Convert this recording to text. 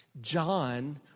John